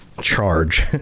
charge